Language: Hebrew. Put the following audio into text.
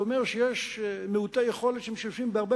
זה אומר שיש מעוטי יכולת שמשתמשים בהרבה